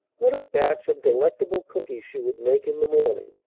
what a batch of delectable cookies she would make in the morning!